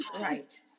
Right